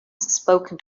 spoken